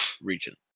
region